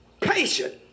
patient